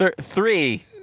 Three